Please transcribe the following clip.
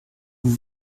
vous